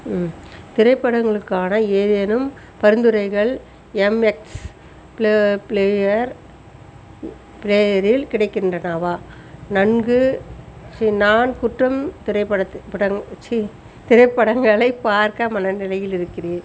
திரைப்படங்களுக்கான ஏதேனும் பரிந்துரைகள் எம்எக்ஸ் ப்ளே ப்ளேயர் ப்ளேயரில் கிடைக்கின்றனவா நன்கு நான் குற்றம் திரைப்படத்து படம் சி திரைப்படங்களை பார்க்க மனநிலையில் இருக்கிறேன்